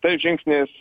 tais žingsniais